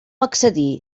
excedir